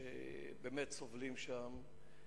שבאמת סובלים שם,